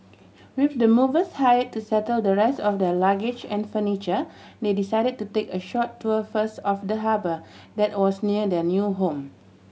with the movers hire to settle the rest of their luggage and furniture they decided to take a short tour first of the harbour that was near their new home